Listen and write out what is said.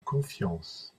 confiance